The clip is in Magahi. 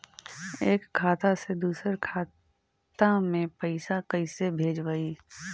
एक खाता से दुसर के खाता में पैसा कैसे भेजबइ?